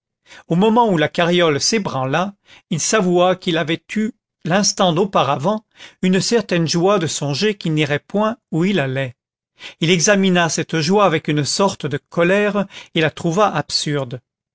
au moment où la carriole s'ébranla il s'avoua qu'il avait eu l'instant d'auparavant une certaine joie de songer qu'il n'irait point où il allait il examina cette joie avec une sorte de colère et la trouva absurde